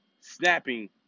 snapping